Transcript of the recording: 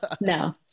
no